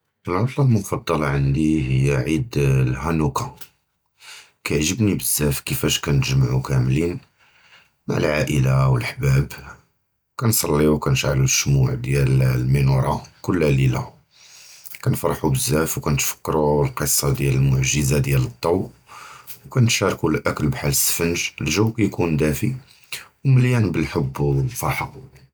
אֶל-עֻטְלָה הַמֻּפַדַּל עַנְדִי הִיָּא עֵיד הַהֻנוּקָּה, כַּיַּעְגְּבּנִי בְּזַבַּא כִיפַאש כַּנִּתְגַּמְעוּ כֻּלִּין, עִם אֶל-עַאִילָה וְאֶל-חֻבָּּאבּ. כַּנִּסַלִּיּוּ וְכַּנִּשְּׁעַלּוּ אֶל-שְׁמוֹאוֹת דִיָּאל אֶל-מֵינוֹרָה. כֻּל לַיְלָה כַּנִּפְרַחּוּ בְּזַבַּא, וְכַּנִּתְפַכְּרוּ אֶל-קִסָּה דִיָּאל אֶל-מֻעְגָּזָה דִיָּאל אֶל-נוּר. כַּנִּתְשָּׁרְקוּ אֶל-אָכְל בְּחַאל אֶל-סַפְנְגּ, אֶל-גַּ'וּ כַּיֻּקוּן דָּאפי, וּמְלִיָאן בְּאֶל-חֻבּ וְאֶל-פַרְחָה.